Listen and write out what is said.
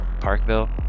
Parkville